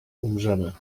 umrzemy